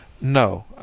No